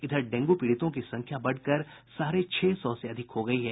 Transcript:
इधर डेंग् पीड़ितों की संख्या बढ़कर साढ़े छह सौ से अधिक हो गयी है